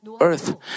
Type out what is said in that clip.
earth